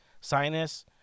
sinus